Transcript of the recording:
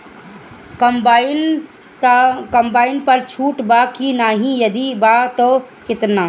Combine पर छूट बा की नाहीं यदि बा त केतना?